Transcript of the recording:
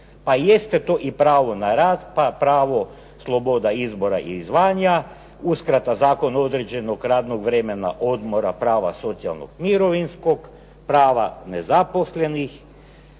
pa jeste to i pravo na rad, pa pravo sloboda izbora i zvanja, uskrata zakonu određenog radnog vremena odmora prava, socijalnog, mirovinskog, prava nezaposlenih,